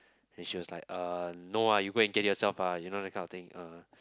and she was like uh no ah you go and get yourself ah you know that kind of thing uh